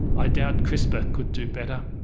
i doubt crispr could do better.